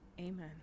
Amen